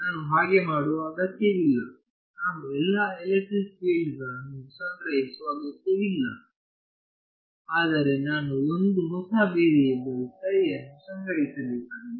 ನಾನು ಹಾಗೆ ಮಾಡುವ ಅಗತ್ಯವಿಲ್ಲ ನಾನು ಎಲ್ಲಾ ಎಲೆಕ್ಟ್ರಿಕ್ ಫೀಲ್ಡ್ಗಳನ್ನು ಸಂಗ್ರಹಿಸುವ ಅಗತ್ಯವಿಲ್ಲ ಆದರೆ ನಾನು ಒಂದು ಹೊಸ ವೇರಿಯಬಲ್ ಅನ್ನು ಸಂಗ್ರಹಿಸಬೇಕಾಗಿದೆ